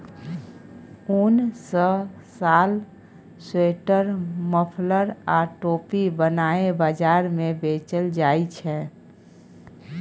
उन सँ साल, स्वेटर, मफलर आ टोपी बनाए बजार मे बेचल जाइ छै